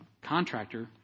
contractor